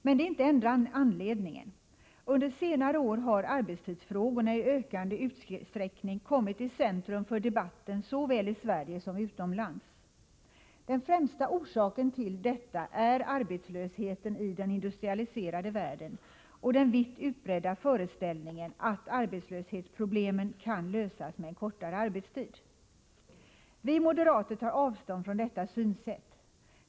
Men det är inte enda anledningen. Under senare år har arbetstidsfrågorna i ökande utsträckning kommit i centrum för debatten såväl i Sverige som utomlands. Den främsta orsaken till detta är arbetslösheten i den industrialiserade världen och den vitt utbredda föreställningen att arbetslöshetsproblemen kan lösas med en kortare arbetstid. Vi moderater tar avstånd från detta synsätt.